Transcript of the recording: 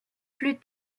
plus